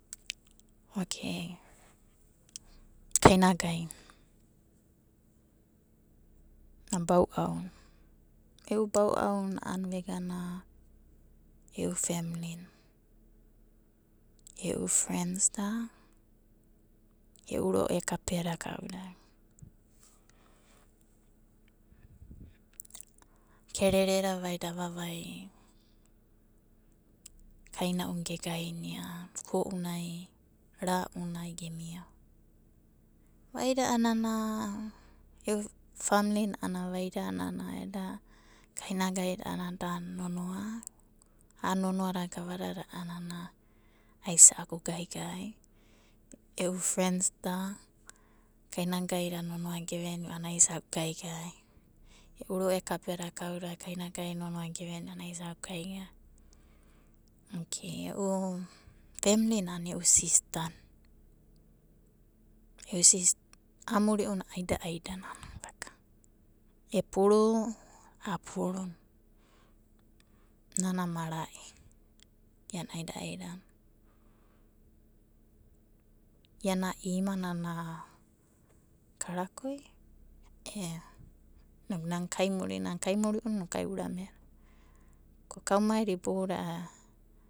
Okei kaina gaina, bau'auna. E'u bau'auna a'ana egana e'u femlina, e'u frensda, e'u ro'ekapeada kaudada kerereda vaida avavai kaina'una gegaina uko'unai, ra'unai gemiava vaida a'anana. E'u famlinai a'ana vaida eda kainagaina a'ana da nonoa a'a nonoada gavadada a'anana aisa'aki gaigai. E'u fens da, kainagaida nonoadada geveni'u a'ana aisa'aki gaigai. E'u ro'ekapea da kainagai nonoada geveni'u a'ana aisa'aku gai. Okei e'u emli na a'ana e'u sista na, amuri'una aida aidana. Iana ima nana karakoi ea nana kaimurinanai inokai uramena ko kaumaida iboudadai a'ana, seven.